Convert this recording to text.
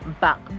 back